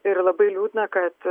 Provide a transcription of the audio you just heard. ir labai liūdna kad